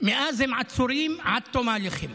מאז הם עצורים עד תום ההליכים.